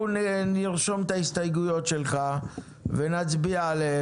אנחנו נרשום את ההסתייגויות שלך ונצביע עליהן.